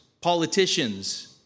politicians